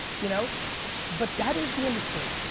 you know but that is the industry.